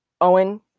Owen